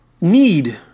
Need